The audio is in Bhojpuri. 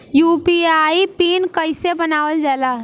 यू.पी.आई पिन कइसे बनावल जाला?